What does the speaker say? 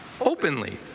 openly